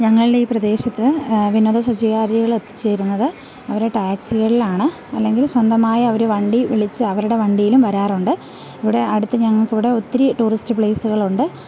ഞങ്ങളുടെ ഈ പ്രദേശത്ത് വിനോദ സഞ്ചാകാരികൾ എത്തിച്ചേരുന്നത് അവരുടെ ടാക്സികളിലാണ് അല്ലെങ്കിൽ സ്വന്തമായി അവർ വണ്ടി വിളിച്ചു അവരുടെ വണ്ടിയിലും വരാറുണ്ട് ഇവിടെ അടുത്ത് ഞങ്ങൾക്ക് ഇവിടെ ഒത്തിരി ടൂറിസ്റ്റ് പ്ലേസുകളുണ്ട്